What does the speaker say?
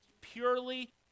purely